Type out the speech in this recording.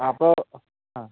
അപ്പോൾ ആ